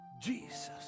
Jesus